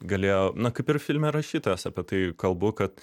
galėjo na kaip ir filme rašytojas apie tai kalbu kad